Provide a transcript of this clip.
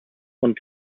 und